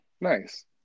Nice